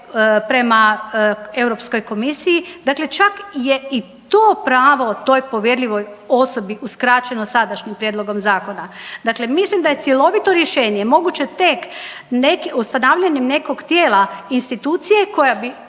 prema Europskoj komisiji. Dakle, čak je i to pravo toj povjerljivoj osobi uskraćeno sadašnjim prijedlogom zakona. Dakle, mislim da je cjelovito rješenje moguće tek ustanavljanjem nekog tijela, institucije koja bi